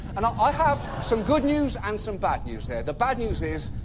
and i have some good news and some bad news, there. the bad news is,